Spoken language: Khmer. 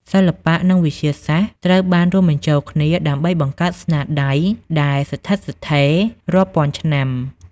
សិល្បៈនិងវិទ្យាសាស្ត្រត្រូវបានរួមបញ្ចូលគ្នាដើម្បីបង្កើតស្នាដៃដែលនៅស្ថិតស្ថេររាប់ពាន់ឆ្នាំ។